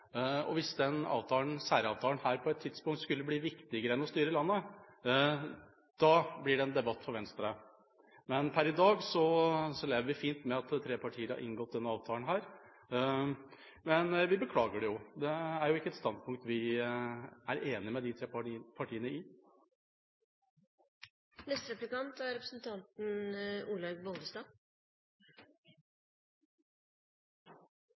og hvis denne særavtalen på et tidspunkt skulle bli viktigere enn å styre landet, blir det en debatt for Venstre, men per i dag lever vi fint med at tre partier har inngått denne avtalen. Men vi beklager det, det er jo ikke et standpunkt vi er enig med de tre partiene i. Mener Venstre, som et liberalt parti, at lønn og avtale med en kommune er